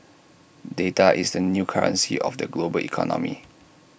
data is the new currency of the global economy